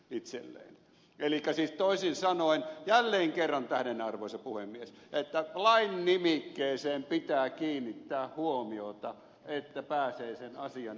elikkä siis toisin sanoen jälleen kerran tähdennän arvoisa puhemies että lain nimikkeeseen pitää kiinnittää huomiota jotta pääsee sen asian